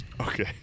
Okay